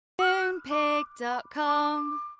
Moonpig.com